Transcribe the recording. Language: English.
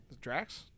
Drax